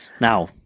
Now